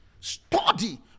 Study